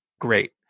great